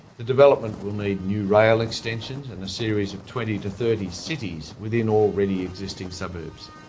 the development will need new rail extensions and a series of twenty to thirty cities within already existing suburbs.